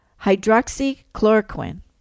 hydroxychloroquine